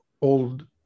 old